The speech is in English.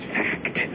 fact